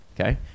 okay